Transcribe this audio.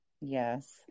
yes